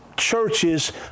churches